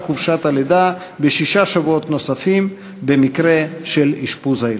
חופשת הלידה בשישה שבועות במקרה של אשפוז היילוד.